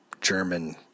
German